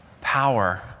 Power